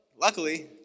luckily